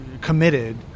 committed